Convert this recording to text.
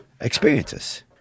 experiences